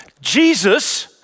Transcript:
Jesus